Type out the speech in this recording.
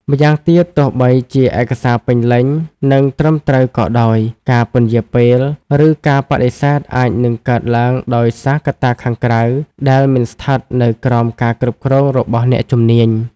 ម្យ៉ាងទៀត ទោះបីជាឯកសារពេញលេញ និងត្រឹមត្រូវក៏ដោយ ការពន្យារពេល ឬការបដិសេធអាចនឹងកើតឡើងដោយសារកត្តាខាងក្រៅដែលមិនស្ថិតនៅក្រោមការគ្រប់គ្រងរបស់អ្នកជំនាញ។